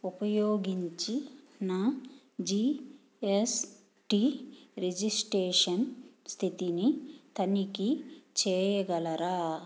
ఉపయోగించి నా GST registration స్థితిని తనిఖీ చేయగలరా